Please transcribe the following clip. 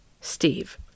Steve